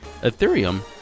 Ethereum